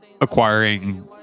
acquiring